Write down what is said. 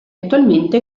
attualmente